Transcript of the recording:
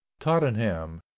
tottenham